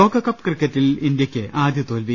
ലോകകപ്പ് ക്രിക്കറ്റിൽ ഇന്ത്യക്ക് ആദ്യ തോൽവി